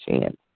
chance